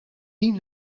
din